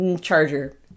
Charger